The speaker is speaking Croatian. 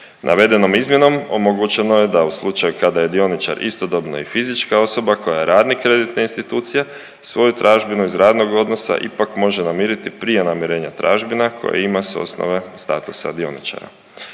Navedenom izmjenom omogućeno je da u slučaju kada je dioničar istodobno i fizička osoba koja je radnik kreditne institucije svoju tražbinu iz radnog odnosa ipak može namiriti prije namirenja tražbina koje ima s osnove statusa dioničara.